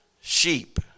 sheep